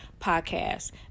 podcast